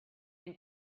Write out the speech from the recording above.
and